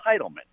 entitlement